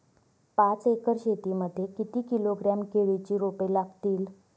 पाच एकर शेती मध्ये किती किलोग्रॅम केळीची रोपे लागतील?